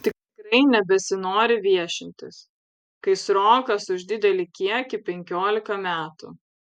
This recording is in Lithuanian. tikrai nebesinori viešintis kai srokas už didelį kiekį penkiolika metų